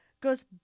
goes